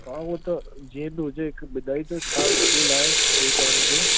हा उहो त जीअं बि हुजे हिकु ॿुधाए जो छा स्कीम आहे पे करण जो